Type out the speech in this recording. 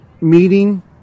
meeting